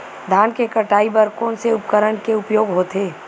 धान के कटाई बर कोन से उपकरण के उपयोग होथे?